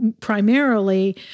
primarily